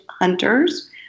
Hunters